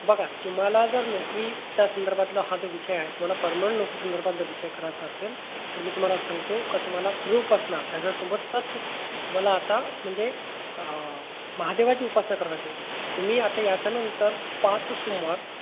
बघा तुम्हाला जर नोकरीच्या संदर्भातला हा जो विषय आहे तुम्हाला पर्मनंट नोकरी संदर्भात जर विषय करायचा असेल तर मी तुम्हाला सांगतो का तुम्हाला सूर्य उपासना त्याच्यासोबतच तुम्हाला आता म्हणजे महादेवाची उपासना करावं लागेल तुम्ही आता याच्यानंतर पाच सोमवार